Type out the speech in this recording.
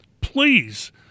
please